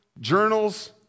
journals